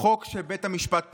חוק שבית המשפט פסל.